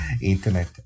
internet